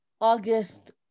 August